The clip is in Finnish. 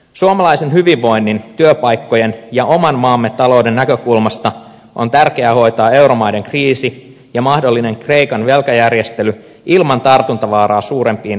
suomalaisen hyvinvoinnin työpaikkojen ja oman maamme talouden näkökulmasta on tärkeää hoitaa euromaiden kriisi ja mahdollinen kreikan velkajärjestely ilman tartuntavaaraa suurempiin euroopan talouksiin